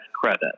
credit